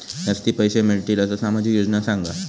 जास्ती पैशे मिळतील असो सामाजिक योजना सांगा?